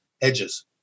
edges